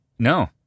No